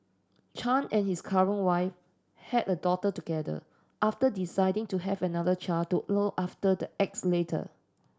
Chan and his current wife had a daughter together after deciding to have another child to look after the X later